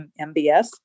MBS